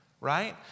Right